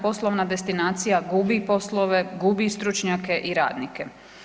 Poslovna destinacija gubi poslove, gubi stručnjake i radnike.